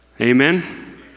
Amen